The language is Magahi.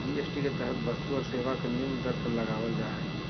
जी.एस.टी के तहत वस्तु और सेवा के निम्न दर पर लगल जा हइ